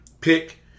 pick